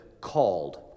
called